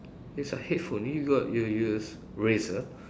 it's a headphone you got you use Razer